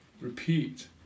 repeat